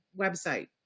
website